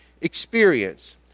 experience